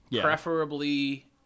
preferably